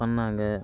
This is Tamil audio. பண்ணாங்கள்